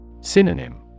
Synonym